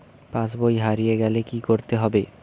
পাশবই হারিয়ে গেলে কি করতে হবে?